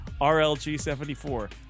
RLG74